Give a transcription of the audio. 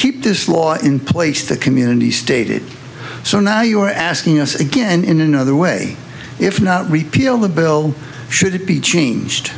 keep this law in place the community stated so now you are asking us again in another way if not repeal the bill should it be changed